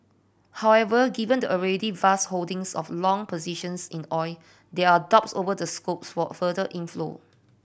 however given the already vast holdings of long positions in oil there are doubts over the scopes for further inflow